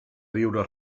viure